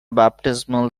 baptismal